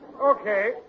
Okay